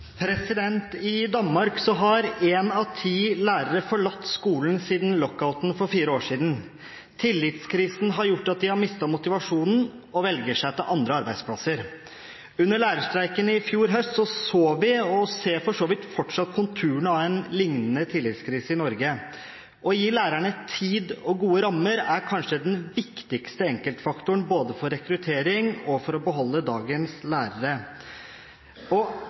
I Danmark har én av ti lærere forlatt skolen siden lockouten for fire år siden. Tillitskrisen har gjort at de har mistet motivasjonen og velger seg andre arbeidsplasser. Under lærerstreiken i fjor høst så vi – og ser for så vidt fortsatt – konturene av en lignende tillitskrise i Norge. Å gi lærerne tid og gode rammer er kanskje den viktigste enkeltfaktoren både for rekruttering og for å beholde dagens lærere. Etter- og